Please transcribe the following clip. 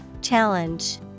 Challenge